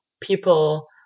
people